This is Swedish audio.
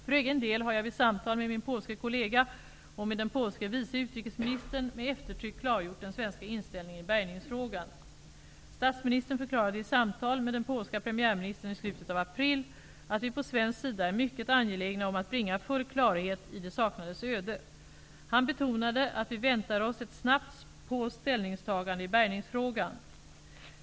För egen del har jag vid samtal med min polske kollega och med den polske vice utrikesministern med eftertryck klargjort den svenska inställningen i bärgningsfrågan. Statsministern förklarade i samtal med den polska premiärministern i slutet av april att vi på svensk sida är mycket angelägna om att bringa full klarhet i de saknades öde. Han betonade att vi väntar oss ett snabbt polskt ställningstagande i bärgningsfrågan.